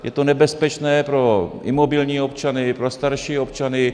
Je to nebezpečné pro imobilní občany, pro starší občany.